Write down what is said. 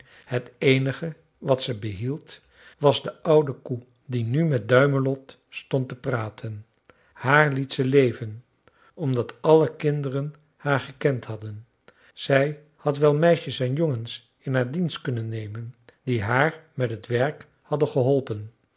het eenige wat ze behield was de oude koe die nu met duimelot stond te praten haar liet ze leven omdat alle kinderen haar gekend hadden zij had wel meisjes en jongens in haar dienst kunnen nemen die haar met het werk hadden geholpen